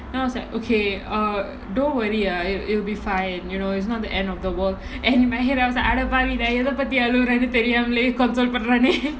then I was like okay err don't worry ah it it'll be fine you know it's not the end of the world and in my head I was like அடபாவிடா எத பத்தி அழுரன்னு தெரியாமலே:adapavidaa etha pathi alurannu theriyamalae concern பண்றானே:pandraanae